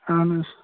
اَہَن حظ